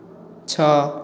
ଛଅ